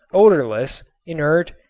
odorless, inert,